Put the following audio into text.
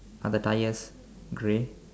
are the tyres grey